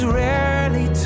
rarely